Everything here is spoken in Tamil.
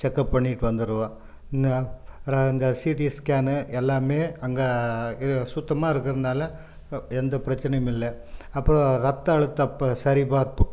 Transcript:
செக்கப் பண்ணிகிட்டு வந்துடுவோம் இந்த சிடி ஸ்கேனு எல்லாமே அங்கே இது சுத்தமாக இருக்கிறதுனால எந்த பிரச்சினையும் இல்லை அப்புறம் ரத்த அழுத்தம் இப்போது சரிபார்ப்பு